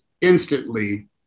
instantly